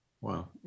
Wow